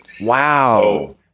Wow